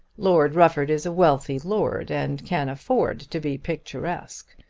lord rufford is a wealthy lord, and can afford to be picturesque.